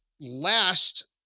last